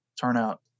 turnout